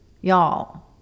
Y'all